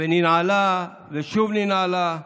וננעלה ושוב ננעלה,